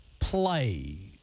Play